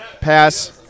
pass